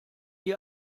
die